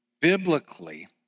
biblically